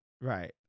right